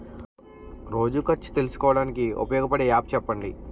రోజు ఖర్చు తెలుసుకోవడానికి ఉపయోగపడే యాప్ చెప్పండీ?